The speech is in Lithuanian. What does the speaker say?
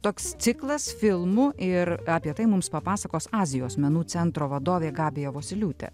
toks ciklas filmų ir apie tai mums papasakos azijos menų centro vadovė gabija vosyliūtė